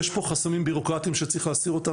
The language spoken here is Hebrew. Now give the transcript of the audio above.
יש פה חסמים בירוקרטיים שצריך להסיר אותם.